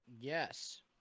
yes